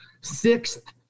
sixth